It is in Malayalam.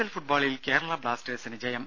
എൽ ഫുട്ബോളിൽ കേരള ബ്ലാസ്റ്റേഴ്സിന് ജയം